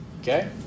okay